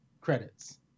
credits